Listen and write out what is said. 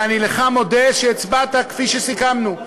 ואני לך מודה שהצבעת כפי שסיכמנו,